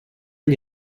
gli